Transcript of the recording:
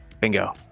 bingo